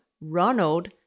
Ronald